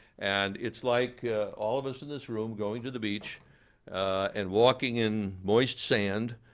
and it's like all of us in this room going to the beach and walking in moist sand,